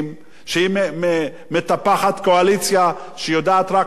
שהיא מטפחת קואליציה שיודעת רק לדרוש.